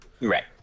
Right